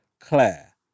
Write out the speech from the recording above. Claire